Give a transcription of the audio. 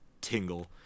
tingle